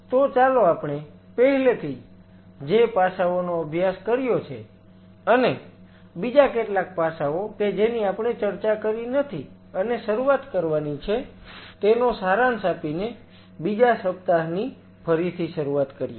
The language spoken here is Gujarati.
તો ચાલો આપણે પહેલેથી જ જે પાસાઓનો અભ્યાસ કર્યો છે અને બીજા કેટલાક પાસાઓ કે જેની આપણે ચર્ચા કરી નથી અને શરૂઆત કરવાની છે તેનો સારાંશ આપીને બીજા સપ્તાહની ફરીથી શરૂઆત કરીએ